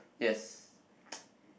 yes